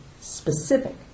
specific